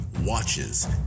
watches